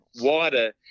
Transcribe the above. wider